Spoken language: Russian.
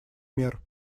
мер